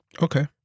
Okay